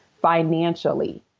financially